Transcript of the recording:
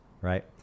right